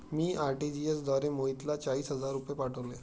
मी RTGS द्वारे मोहितला चाळीस हजार रुपये पाठवले